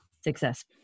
success